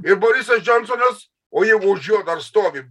ir borisas džionsonas o jeigu už jo dar stovi